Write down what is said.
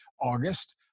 August